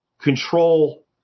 control